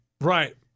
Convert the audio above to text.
Right